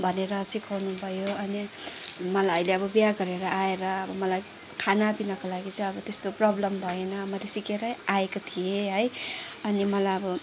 भनेर सिकाउनु भयो अनि मलाई अहिले अब बिहा गरेर आएर मलाई खाना पिनाको लागि चाहिँ अब त्यस्तो प्रबलम भएन मैले सिकेरै आएको थिएँ है अनि मलाई अब